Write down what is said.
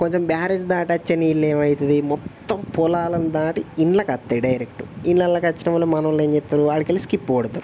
ఆ కొంచెం బ్యారేజ్ దాటచ్చే నిళ్ళేమవుతుంది మొత్తం పొలాలని దాటి ఇండ్లకొస్తాయి డైరెక్ట్ ఇళ్ళళ్ళోకి వచ్చిన మళ్ళీ మనోల్లేం చేస్తారు అక్కడికి వెళ్ళి స్కిప్ కొడతారు